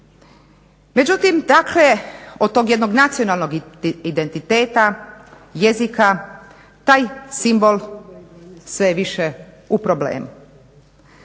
Međutim od tog jednog nacionalnog identiteta jezika taj simbol sve je više u problemu,